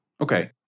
Okay